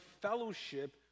fellowship